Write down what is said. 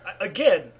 again